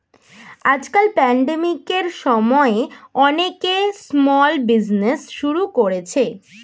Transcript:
আজকাল প্যান্ডেমিকের সময়ে অনেকে স্মল বিজনেজ শুরু করেছে